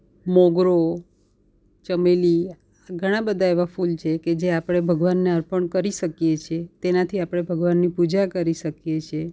મોગરો ચમેલી ઘણાં બધા એવાં ફૂલ છે કે જે આપણે ભગવાનને અર્પણ કરી શકીએ છીએ તેનાથી આપણે ભગવાનની પૂજા કરી શકીએ છીએ